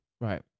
Right